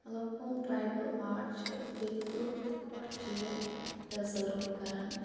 مَطلَب کم tribal art چھِ ییٚتِکۍ لُکھ کِتھ کٲٹھۍ چھِ یہِ پرزیٚرِو کَران